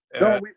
No